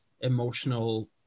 emotional